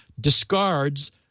discards